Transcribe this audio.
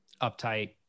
Uptight